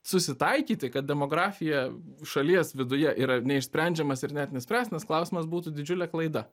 susitaikyti kad demografija šalies viduje yra neišsprendžiamas ir net nespręstinas klausimas būtų didžiulė klaida